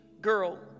girl